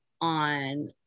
on